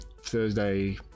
Thursday